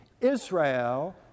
Israel